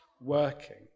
working